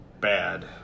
bad